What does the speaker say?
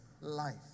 life